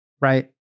right